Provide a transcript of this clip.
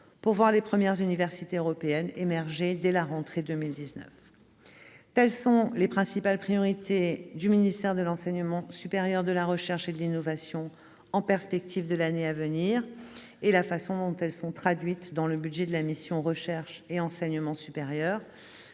pour voir les premières universités européennes émerger dès la rentrée 2019. Mesdames, messieurs les sénateurs, telles sont les principales priorités du ministère de l'enseignement supérieur, de la recherche et de l'innovation en perspective de l'année à venir et la façon dont elles sont traduites dans le budget de la mission « Recherche et enseignement supérieur